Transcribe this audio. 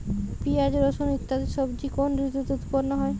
পিঁয়াজ রসুন ইত্যাদি সবজি কোন ঋতুতে উৎপন্ন হয়?